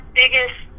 biggest